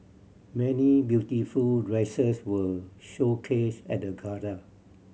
many beautiful dresses were showcased at the gala